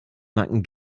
macken